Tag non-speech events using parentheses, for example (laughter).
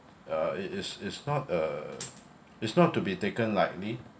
ah it is it's not a (noise) it's not to be taken lightly